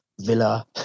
Villa